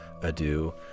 Adieu